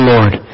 Lord